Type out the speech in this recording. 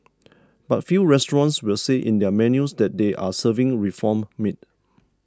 but few restaurants will say in their menus that they are serving reformed meat